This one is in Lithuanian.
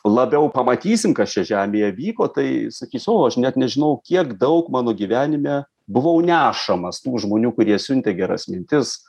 labiau pamatysim kas čia žemėje vyko tai sakys o aš net nežinau kiek daug mano gyvenime buvau nešamas tų žmonių kurie siuntė geras mintis